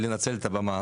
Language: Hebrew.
לנצל את הבמה.